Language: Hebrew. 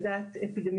קצב הכפלה של 2 אומר,